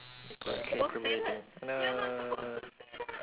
incri~ incriminating no